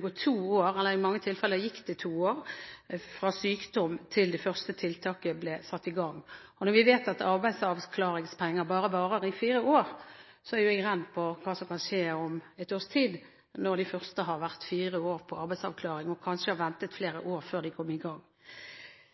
dag i mange tilfeller gikk to år fra sykdom til det første tiltaket ble satt i gang. Når vi vet at arbeidsavklaringspenger bare varer i fire år, er jeg redd for hva som kan skje om et års tid, når de første har vært fire år på arbeidsavklaring og kanskje har ventet flere år før de kom i gang.